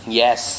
yes